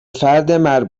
فرد